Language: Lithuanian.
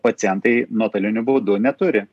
pacientai nuotoliniu būdu neturi